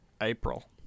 April